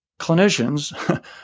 clinicians